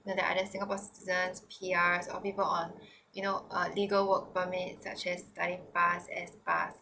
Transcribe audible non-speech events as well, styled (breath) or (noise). mm they are the singapore citizen P_R or people on (breath) you know legal work permit such as pass S pass